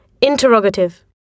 Interrogative